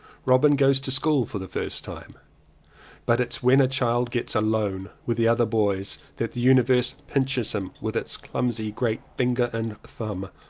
robin goes to school for the first time but it's when a child gets alone with the other boys that the universe pinches him with its clumsy great finger and thumb.